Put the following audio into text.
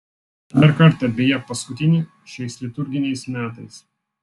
dar kartą beje paskutinį šiais liturginiais metais